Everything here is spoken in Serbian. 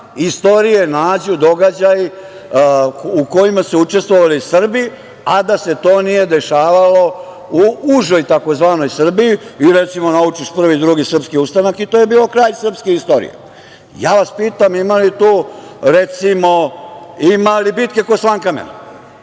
istorije nađu događaji u kojima su učestvovali Srbi, a da se to nije dešavalo u užoj tzv. Srbiji, onda recimo, naučiš Prvi i Drugi srpski ustanak i to je bio kraj srpske istorije. Ja vas pitam, ima li tu recimo bitke kod Slankamena?